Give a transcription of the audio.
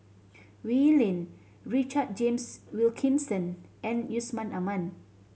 Wee Lin Richard James Wilkinson and Yusman Aman